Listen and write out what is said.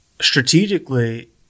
strategically